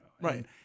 right